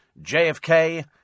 JFK